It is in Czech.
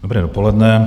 Dobré dopoledne.